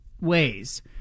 ways